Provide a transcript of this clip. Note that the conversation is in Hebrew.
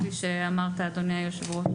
כפי שאמרת אדוני יושב הראש,